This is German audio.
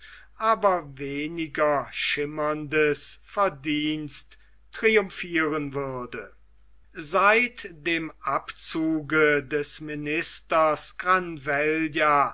aber weniger schimmerndes verdienst triumphieren würde seit dem abzuge des ministers